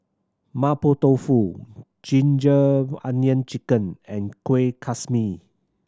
Mapo Tofu ginger onion chicken and kuih kasmi